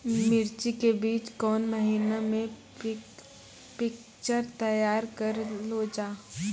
मिर्ची के बीज कौन महीना मे पिक्चर तैयार करऽ लो जा?